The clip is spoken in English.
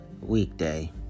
weekday